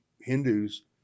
Hindus